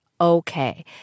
Okay